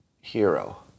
hero